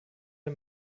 der